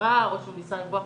בעבירה או שהוא ניסה לברוח